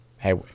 Hey